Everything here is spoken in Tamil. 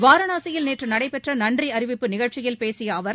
வாரணாசியில் நேற்று நடைபெற்ற நன்றி அறிவிப்பு நிகழ்ச்சியில் பேசிய அவர்